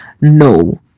No